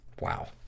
Wow